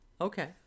Okay